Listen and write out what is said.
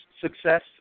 success